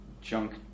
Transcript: junk